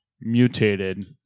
mutated